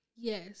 Yes